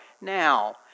now